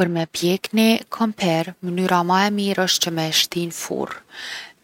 Për me pjek ni kompir, mnyra ma e mirë osht që me e shti n’furrë.